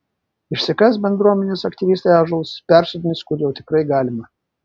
išsikas bendruomenės aktyvistai ąžuolus persodins kur jau tikrai galima